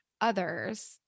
others